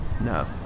No